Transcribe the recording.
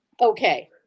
okay